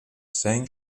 saying